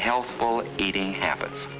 healthful eating habits